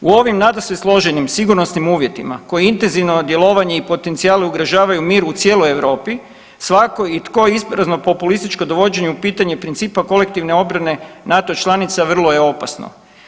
U ovim nadasve složenim sigurnosnim uvjetima, koji intenzivno djelovanje i potencijal ugrožavaju mir u cijeloj Europi, svatko i tko isprazno populističko dovođenje u pitanje principa kolektivne obrane NATO članica vrlo je opasno.